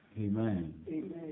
Amen